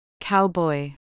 Cowboy